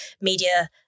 media